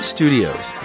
Studios